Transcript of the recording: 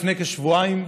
לפני כשבועיים,